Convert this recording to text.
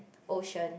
ocean